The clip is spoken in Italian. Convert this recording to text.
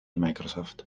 microsoft